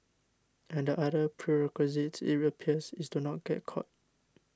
and the other prerequisite it appears is to not get caught